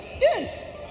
yes